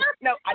No